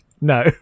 No